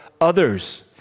others